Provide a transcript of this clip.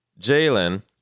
Jalen